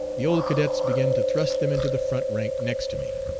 the old cadets began to thrust them into the front rank next to me.